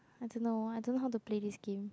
I don't know I don't know how to play this game